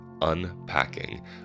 unpacking